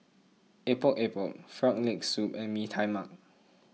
Epok Epok Frog Leg Soup and Mee Tai Mak